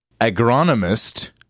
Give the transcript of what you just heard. agronomist